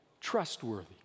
trustworthy